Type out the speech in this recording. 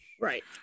right